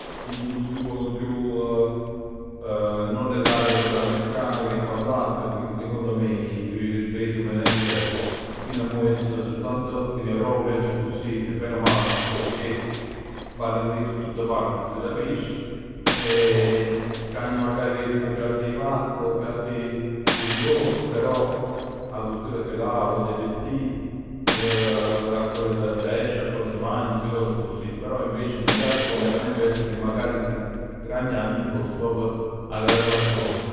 Industrie nu poc chiù non legate 'o metalmeccanico e quant'altro e quindi secondo me truov n'esperienza completamente divers. Fino a mo ij aggia stat sultant in Europa cu viagg acussì e bene o male 'a cultura è chell. Parl ingles p' tutt parte e s' capisc e cagni magari 'o piatt 'e pasta, 'o sicond, però 'a cultura è chella'lla. 'A moda 'e vestì, a che ora s'esce, a che ora s' mangià. Però invece nu viaggio completamente diverso che magari t' cagna 'a vita foss a chell'ata part d' 'o munn.